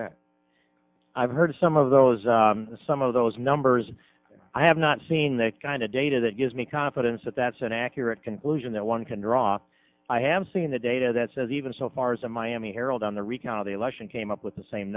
that i've heard some of those some of those numbers i have not seen that kind of data that gives me confidence that that's an accurate conclusion that one can draw i have seen the data that says even so far as the miami herald on the recount of the election came up with the same